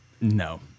No